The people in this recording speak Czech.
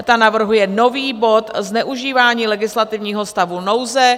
Ta navrhuje nový bod Zneužívání legislativního stavu nouze.